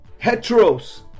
heteros